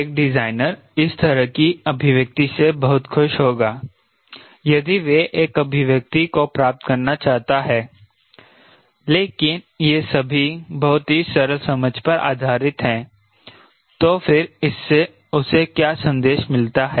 एक डिजाइनर इस तरह की अभिव्यक्ति से बहुत खुश होगा यदि वह एक अभिव्यक्ति को प्राप्त करना चाहता है लेकिन ये सभी बहुत ही सरल समझ पर आधारित हैं तो फिर इससे उसे क्या संदेश मिलता है